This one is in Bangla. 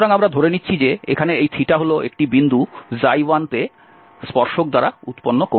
সুতরাং আমরা ধরে নিচ্ছি যে এখানে এই হল একটি বিন্দু iতে স্পর্শক দ্বারা উৎপন্ন কোণ